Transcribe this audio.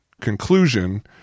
conclusion